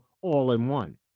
all-in-one